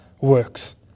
works